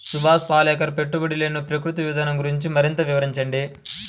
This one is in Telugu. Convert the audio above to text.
సుభాష్ పాలేకర్ పెట్టుబడి లేని ప్రకృతి విధానం గురించి మరింత వివరించండి